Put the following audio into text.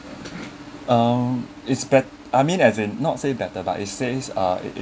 um it's bet I mean as in not say better but it says uh it it